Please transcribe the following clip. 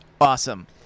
Awesome